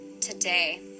today